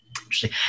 Interesting